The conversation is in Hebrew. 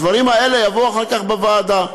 הדברים האלה יבואו אחר כך בוועדה.